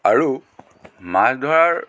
আৰু মাছ ধৰাৰ